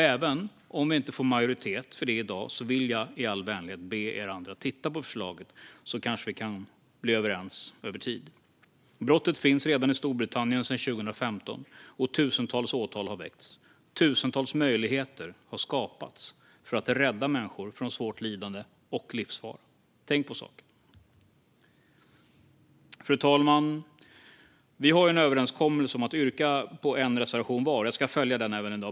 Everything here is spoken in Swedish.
Även om vi inte får majoritet för det i dag vill jag i all vänlighet be er andra att titta på förslaget, så kanske vi kan bli överens över tid. Brottet finns redan i Storbritannien sedan 2015, och tusentals åtal har väckts. Tusentals möjligheter har skapats att rädda människor från svårt lidande och livsfara. Tänk på saken! Fru talman! Vi har ju en överenskommelse om att yrka bifall bara till en reservation var, och jag ska följa den även i dag.